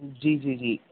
जी जी जी